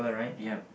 ya